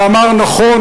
ואמר: נכון,